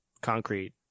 concrete